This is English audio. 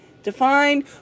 Defined